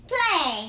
Play